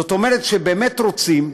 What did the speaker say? זאת אומרת, כשבאמת רוצים,